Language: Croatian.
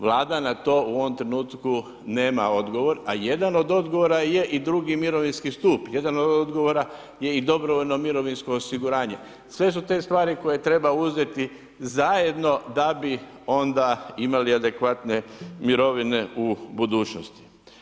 Vlada na to u ovom trenutku nema odgovor, a jedan od odgovora je i II. mirovinski stup, jedan od odgovora je i dobrovoljno mirovinsko osiguranje, sve su te stvari koje treba uzeti zajedno da bi onda imali adekvatne mirovine u budućnosti.